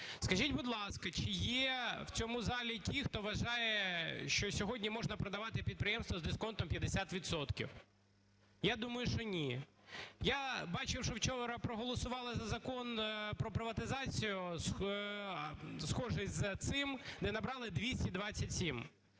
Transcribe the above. Скажіть, будь ласка, чи є в цьому залі ті, хто вважає, що сьогодні можна продавати підприємства з дисконтом в 50 відсотків? Я думаю, що ні. Я бачив, що вчора проголосували за Закон про приватизацію, схожий з цим, де набрали 227.